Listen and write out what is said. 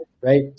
right